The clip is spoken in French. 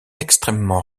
extrêmement